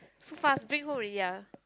so fast bring home already ah